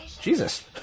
Jesus